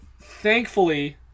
thankfully